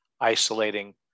isolating